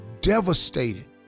devastated